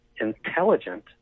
intelligent